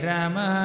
Rama